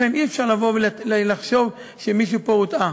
לכן אי-אפשר לבוא ולחשוב שמישהו פה הוטעה.